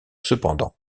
cependant